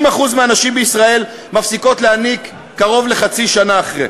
60% מהנשים בישראל מפסיקות להניק קרוב לחצי שנה אחרי.